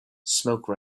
smoke